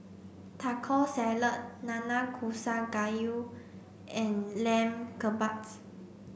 Taco Salad Nanakusa Gayu and Lamb Kebabs